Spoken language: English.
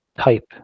type